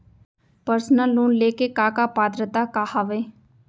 Personal loan ले के का का पात्रता का हवय?